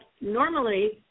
normally